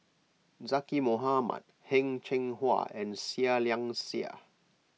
Zaqy Mohamad Heng Cheng Hwa and Seah Liang Seah